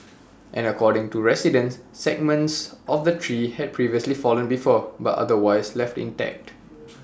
and according to residents segments of the tree had previously fallen before but otherwise left intact